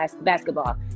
basketball